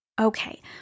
Okay